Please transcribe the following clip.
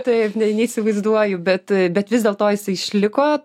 taip neįsivaizduoju bet bet vis dėl to jisai išliko